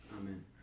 Amen